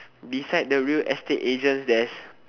beside the real estate agent there's